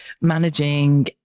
managing